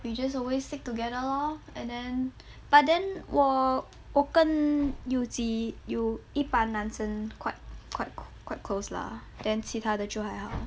we just always stick together lor and then but then 我我跟有几一般男生 quite quite quite close lah then 其他的就还好